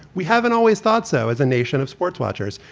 we haven't always thought so as a nation of sports watchers.